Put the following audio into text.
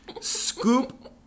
scoop